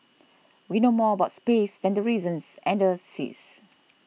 we know more about space than the reasons and the seas